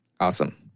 Awesome